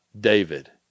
David